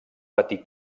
patir